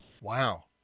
Wow